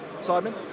Simon